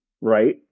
right